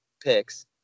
picks